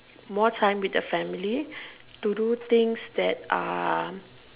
more time with the family to do things that uh